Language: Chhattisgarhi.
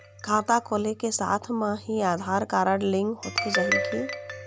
खाता खोले के साथ म ही आधार कारड लिंक होथे जाही की?